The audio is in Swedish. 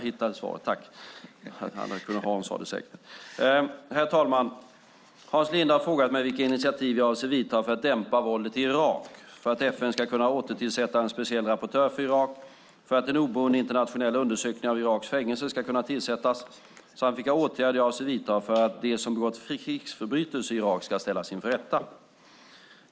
Herr talman! Hans Linde har frågat mig vilka initiativ jag avser att ta för att dämpa våldet i Irak, för att FN ska kunna återtillsätta en speciell rapportör för Irak, för att en oberoende internationell undersökning av Iraks fängelser ska kunna tillsättas samt vilka åtgärder jag avser att vidta för att de som begått krigsförbrytelser i Irak ska ställas inför rätta.